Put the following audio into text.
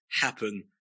happen